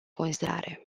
considerare